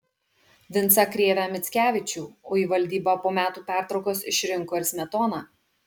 vincą krėvę mickevičių o į valdybą po metų pertraukos išrinko ir smetoną